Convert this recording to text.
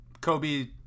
Kobe